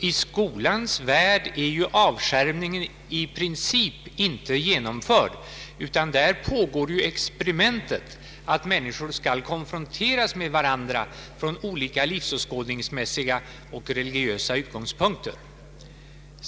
I skolans värld är alltså avskärmningen i princip inte genomförd utan där pågår experimentet att människor skall konfronteras med varandra från olika livsåskådningsmässiga och religiösa utgångspunkter.